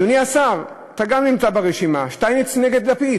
אדוני השר, גם אתה נמצא ברשימה, שטייניץ נגד לפיד,